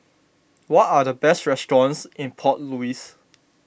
what are the best restaurants in Port Louis